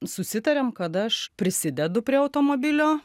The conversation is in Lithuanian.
susitarėm kad aš prisidedu prie automobilio